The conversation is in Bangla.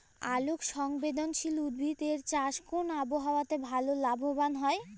আলোক সংবেদশীল উদ্ভিদ এর চাষ কোন আবহাওয়াতে ভাল লাভবান হয়?